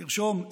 תרשום,